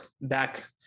back